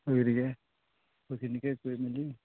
গতিকে সেই তেনেকৈ কৰি মেলি